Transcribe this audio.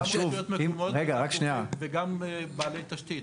גם רשויות מקומיות וגם בעלי תשתית.